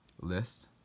list